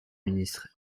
ministre